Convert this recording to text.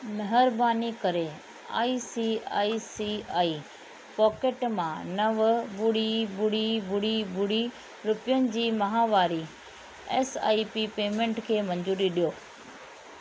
महिरबानी करे I C I C I pocket मां नव ॿुड़ी ॿुड़ी ॿुड़ी ॿुड़ी रुपयनि जी माहवारी एस आई पी पेमेंट खे मंज़ूरी ॾियो